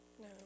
No